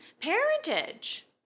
parentage